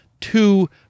two